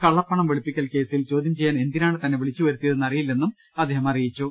കള്ളപ്പണം വെളുപ്പിക്കൽ കേസിൽ ചോദ്യം ചെയ്യാൻ എന്തിനാണ് തന്നെ വിളിച്ചുവരുത്തിയതെന്ന് അറിയില്ലെന്നും അദ്ദേഹം പറഞ്ഞു